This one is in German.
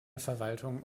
verwaltung